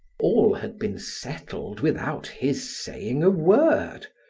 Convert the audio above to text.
all had been settled without his saying a word,